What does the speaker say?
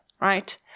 right